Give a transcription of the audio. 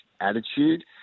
attitude